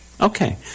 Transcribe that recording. Okay